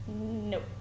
nope